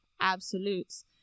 absolutes